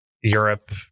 europe